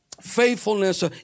faithfulness